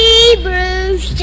Hebrews